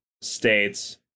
states